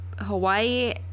Hawaii